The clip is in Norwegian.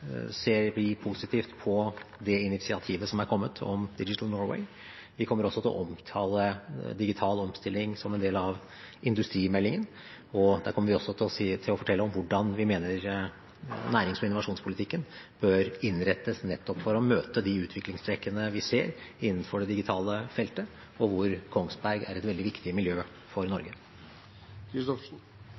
Vi ser positivt på det initiativet som er kommet om Digital Norway. Vi kommer også til å omtale digital omstilling som en del av industrimeldingen. Der kommer vi også til å fortelle hvordan vi mener nærings- og innovasjonspolitikken bør innrettes, nettopp for å møte de utviklingstrekkene vi ser innenfor det digitale feltet, hvor Kongsberg er et veldig viktig miljø for Norge.